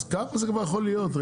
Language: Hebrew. אז כמה זה כבר יכול להיות?